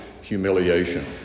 humiliation